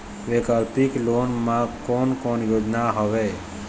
वैकल्पिक लोन मा कोन कोन योजना हवए?